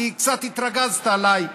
כי קצת התרגזת עליי,